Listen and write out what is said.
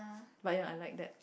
but ya I'm like that